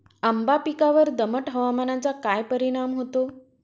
आंबा पिकावर दमट हवामानाचा काय परिणाम होतो?